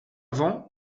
avant